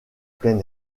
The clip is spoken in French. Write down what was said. plein